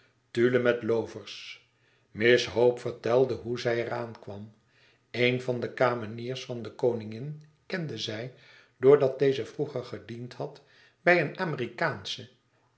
tulle met loovers miss hope vertelde hoe zij er aan kwam een van de kameniers van de koningin kende zij doordat deze vroeger gediend had bij eene amerikaansche